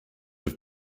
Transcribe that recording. have